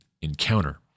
Encounter